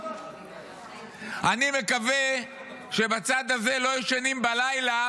אני מקווה שבצד הזה לא ישנים בלילה